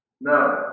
No